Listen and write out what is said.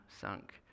sunk